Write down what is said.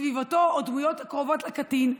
סביבתו או דמויות הקרובות לקטין,